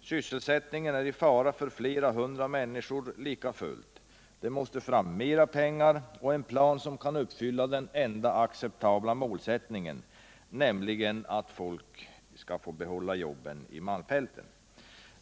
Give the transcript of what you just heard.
Sysselsättningen är i fara för flera hundra människor likafullt. Det måste fram mer pengar och en plan som kan uppfylla den enda acceptabla målsättningen, nämligen att folk i malmfälten skall få behålla jobben.